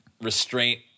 restraint